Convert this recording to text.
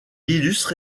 illustre